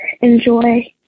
enjoy